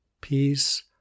Peace